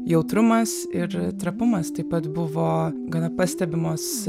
jautrumas ir trapumas taip pat buvo gana pastebimos